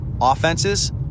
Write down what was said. offenses